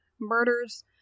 murders